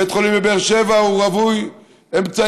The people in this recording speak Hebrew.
בית החולים בבאר שבע רווי אמצעים,